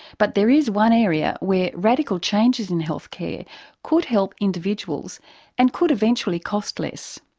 but there is one area where radical changes in healthcare could help individuals and could eventually cost less.